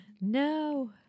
No